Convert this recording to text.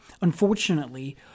Unfortunately